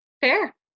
Fair